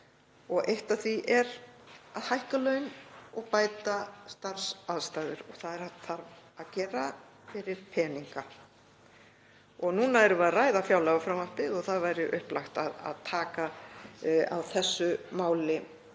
Eitt af því er að hækka laun og bæta starfsaðstæður og það er hægt að gera fyrir peninga. Núna erum við að ræða fjárlagafrumvarpið og það væri upplagt að taka á þessu máli